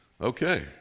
Okay